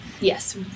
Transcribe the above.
yes